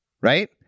right